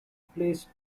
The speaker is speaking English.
placed